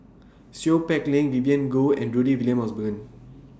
Seow Peck Leng Vivien Goh and Rudy William Mosbergen